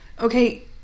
Okay